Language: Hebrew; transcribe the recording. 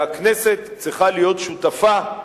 והכנסת צריכה להיות שותפה,